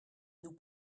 nous